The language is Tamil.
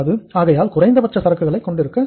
ஆகையால் குறைந்தபட்ச சரக்குகளை கொண்டிருக்க வேண்டும்